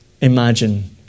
imagine